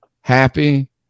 happy